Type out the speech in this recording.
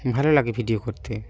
ভালো লাগে ভিডিও করতে